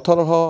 ওঠৰশ